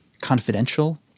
Confidential